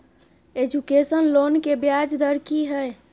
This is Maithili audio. एजुकेशन लोन के ब्याज दर की हय?